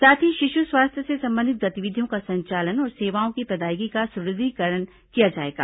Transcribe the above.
साथ ही शिशु स्वास्थ्य से संबंधित गतिविधियों का संचालन और सेवाओं की प्रदायगी का सुदृढ़ीकरण किया जाएगा